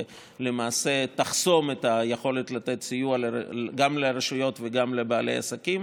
ולמעשה תחסום את היכולת לתת סיוע גם לרשויות וגם לבעלי עסקים.